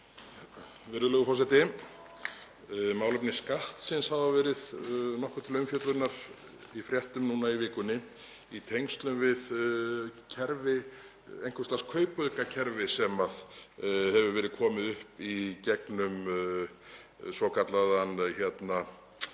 Virðulegur forseti. Málefni Skattsins hafa verið nokkuð til umfjöllunar í fréttum núna í vikunni í tengslum við einhvers lags kaupaukakerfi sem hefur verið komið upp í gegnum svokallaðan